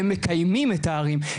הם מקיימים את הערים,